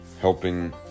helping